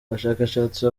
abashakashatsi